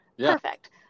perfect